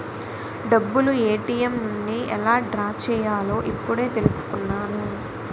డబ్బులు ఏ.టి.ఎం నుండి ఎలా డ్రా చెయ్యాలో ఇప్పుడే తెలుసుకున్నాను